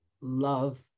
love